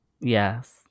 yes